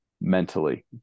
mentally